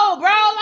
bro